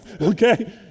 Okay